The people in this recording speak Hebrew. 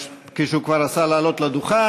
כפי שהוא כבר עשה, לעלות לדוכן.